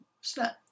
snap